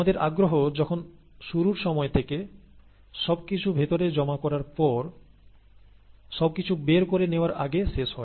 আমাদের আগ্রহ যখন শুরুর সময় থেকে সব কিছু ভেতরে জমা করার পর সবকিছু বের করে নেওয়ার আগে শেষ করা